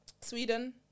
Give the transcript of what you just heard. Sweden